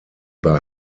bei